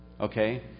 Okay